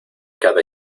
cada